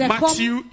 Matthew